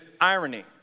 irony